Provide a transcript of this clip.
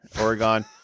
Oregon